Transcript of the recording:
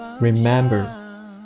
Remember